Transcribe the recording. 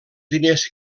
diners